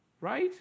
Right